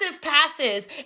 passes